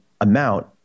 amount